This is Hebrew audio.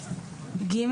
(ג)